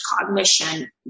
cognition